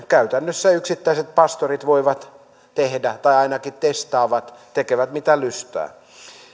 käytännössä yksittäiset pastorit voivat tehdä tai ainakin testaavat tekevät mitä lystää